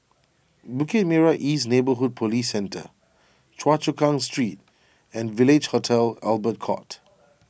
Bukit Merah East Neighbourhood Police Centre Choa Chu Kang Street and Village Hotel Albert Court